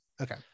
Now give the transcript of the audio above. Okay